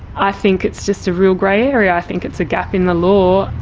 i think it's just a real grey area, i think it's a gap in the law.